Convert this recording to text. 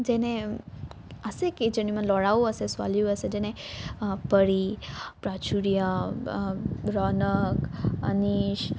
যেনে আছে কেইজনীমান ল'ৰাও আছে ছোৱালীও আছে যেনে পৰী প্ৰাচুৰ্য ৰৌণক অনীশ